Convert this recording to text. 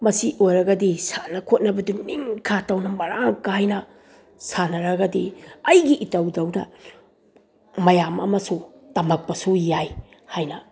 ꯃꯁꯤ ꯑꯣꯏꯔꯒꯗꯤ ꯁꯥꯟꯅ ꯈꯣꯠꯅꯕꯗꯨ ꯅꯤꯡ ꯈꯥ ꯇꯧꯅ ꯃꯔꯥꯡ ꯀꯥꯏꯅ ꯁꯥꯟꯅꯔꯒꯗꯤ ꯑꯩꯒꯤ ꯏꯇꯧꯗꯧꯅ ꯃꯌꯥꯝ ꯑꯃꯁꯨ ꯇꯝꯂꯛꯄꯁꯨ ꯌꯥꯏ ꯍꯥꯏꯅ